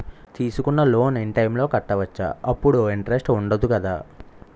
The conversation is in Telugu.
తీసుకున్న లోన్ ఇన్ టైం లో కట్టవచ్చ? అప్పుడు ఇంటరెస్ట్ వుందదు కదా?